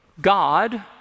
God